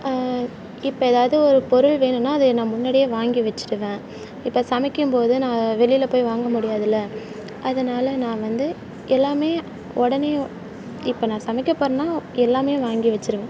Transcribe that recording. இப்போ ஏதாவது ஒரு பொருள் வேணுன்னா அது நான் முன்னாடியே வாங்கி வெச்சுடுவேன் இப்போ சமைக்கும் போது நான் வெளியில் போய் வாங்க முடியாதுல அதனால நான் வந்து எல்லாமே உடனே இப்போ நான் சமைக்க போகிறேனா எல்லாமே வாங்கி வெச்சுருவேன்